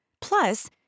Plus